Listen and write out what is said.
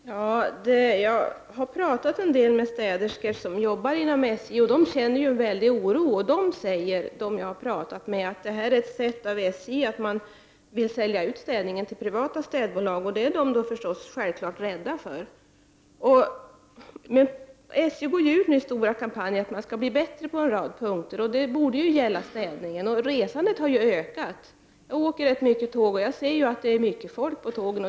Fru talman! Jag har talat en del med städerskor som arbetar inom SJ, och de känner en stor oro. De som jag har pratat med säger att detta är ett led i att SJ vill sälja ut städningen till privata städbolag. Det är de självfallet rädda för. SJ går ut med stora kampanjer om att att man skall bli bättre på en rad punkter. Det borde också gälla städningen. Resandet har ökat. Jag åker ganska mycket tåg, och jag ser att det är mycket folk på tågen.